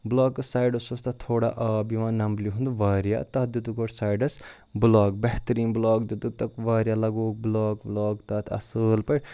بٕلاکَس سایڈَس اوس تَتھ تھوڑا آب یِوان نَمبلہِ ہُنٛد واریاہ تَتھ دِتُکھ گۄڈٕ سایڈَس بٕلاک بہتریٖن بٕلاک دِتُکھ تَتھ واریاہ لَگووُکھ بٕلاک وٕلاک تَتھ اَصٕل پٲٹھۍ